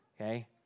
Okay